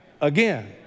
again